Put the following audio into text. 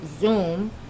Zoom